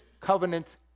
covenant